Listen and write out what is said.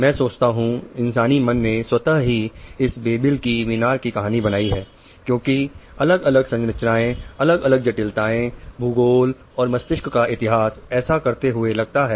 मैं सोचता हूं इंसानी मन् ने स्वत ही इस बेबिल की मीनार की कहानी बनाई है क्योंकि अलग अलग संरचनाएं अलग अलग जटिलताएं भूगोल और मस्तिष्क का इतिहास ऐसा करते हुए लगता है